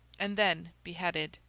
and then beheaded.